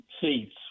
seats